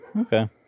okay